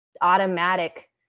automatic